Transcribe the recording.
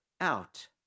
out